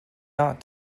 not